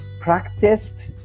practiced